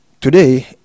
Today